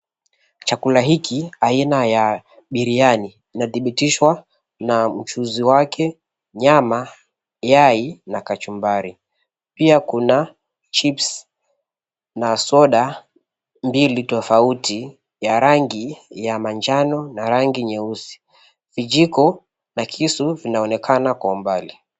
Chakula hiki aina ya biryani, inadhibitishwa na mchuzi wake, nyama, yai na kachumbari. Pia kuna chipsi na soda mbili tofauti ya rangi ya manjano na rangi nyeusi, vijiko na kisu vinaonekana kwa umbali.